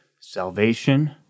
salvation